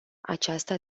aceasta